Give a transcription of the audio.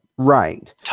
right